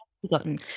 forgotten